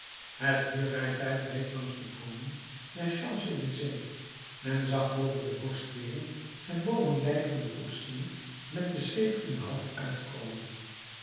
het huurrijtuig reed langs de boomen der champs-elysées men zag boven de borstwering het bovenlijf van den koetsier met de zweep in de hand uitkomen